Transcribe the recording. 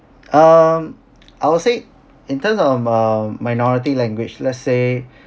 um I would say in terms of um minority language let's say